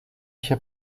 się